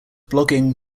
blogging